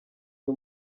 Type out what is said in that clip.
uyu